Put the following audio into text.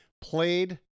played